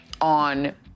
on